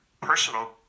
personal